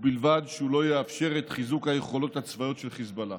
ובלבד שהוא לא יאפשר את חיזוק היכולות הצבאיות של חיזבאללה.